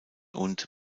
und